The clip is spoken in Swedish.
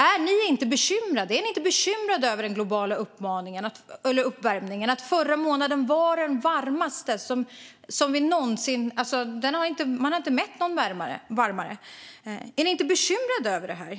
Är ni inte bekymrade över den globala uppvärmningen - att förra månaden var den varmaste någonsin? Man har inte mätt någon varmare. Är ni inte bekymrade över detta?